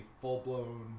full-blown